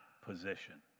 Position